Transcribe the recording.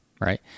right